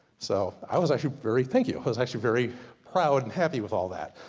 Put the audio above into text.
so, i was actually very. thank you! i was actually very proud and happy with all that.